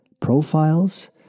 profiles